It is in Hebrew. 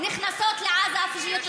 אנחנו לא נותנים לעזה כלום.